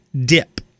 dip